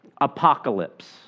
apocalypse